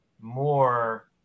more